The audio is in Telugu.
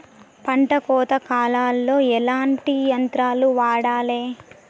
పంట కోత కాలాల్లో ఎట్లాంటి యంత్రాలు వాడాలే?